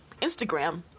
Instagram